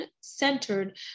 centered